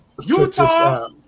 Utah